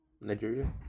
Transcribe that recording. Nigeria